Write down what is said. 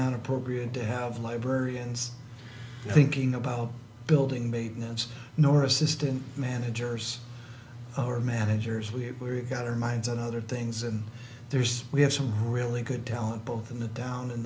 not appropriate to have librarians thinking about building maidens nor assistant managers our managers we've we've got our minds on other things and there's we have some really good talent both in the down in